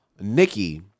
Nikki